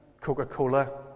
Coca-Cola